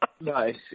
Nice